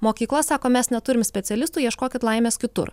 mokykla sako mes neturim specialistų ieškokit laimės kitur